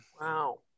Wow